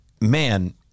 man